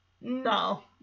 no